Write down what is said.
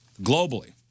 Globally